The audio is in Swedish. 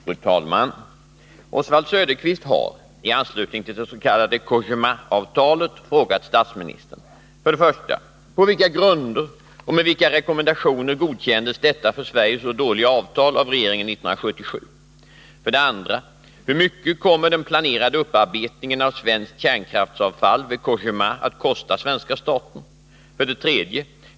Fru talman! Oswald Söderqvist har i anslutning till det s.k. Cogémaavtalet frågat statsministern: 1. På vilka grunder och med vilka rekommendationer godkändes detta för Sverige så dåliga avtal av regeringen 1977? 2. Hur mycket kommer den planerade upparbetningen av svenskt kärnkraftsavfall vid Cogéma att kosta svenska staten? 3.